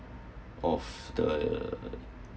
of the